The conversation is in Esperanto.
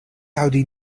aŭdi